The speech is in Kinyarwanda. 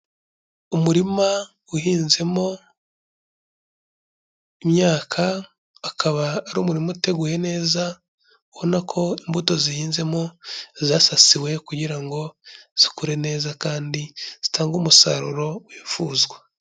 Umurima uhinzemo imyaka, akaba ari umurima uteguye neza, ubona ko imbuto zihinzemo zasasiwe kugira ngo zikure neza kandi zitange umusaruro wifuzwa.